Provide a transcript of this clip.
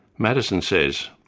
madison says,